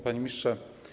Panie Ministrze!